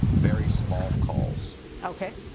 very small calls. okay.